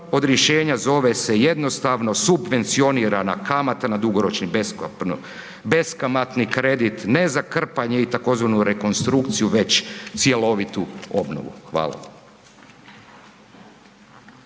od rješenja zove se jednostavno subvencionirana kamata na dugoročni beskamatni kredit, ne za krpanje i tzv. rekonstrukciju već cjelovitu obnovu. Hvala.